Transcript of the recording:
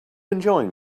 enjoying